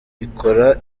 ikora